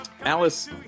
Alice